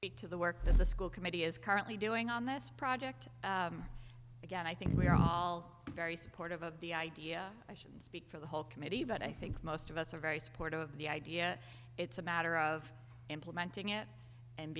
it to the work that the school committee is currently doing on this project again i think we're all very supportive of the idea i shouldn't speak for the whole committee but i think most of us are very supportive of the idea it's a matter of implementing it and